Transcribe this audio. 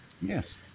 Yes